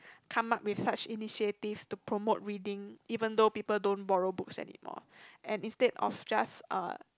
come up with such initiatives to promote reading even though people don't borrow books anymore and instead of just uh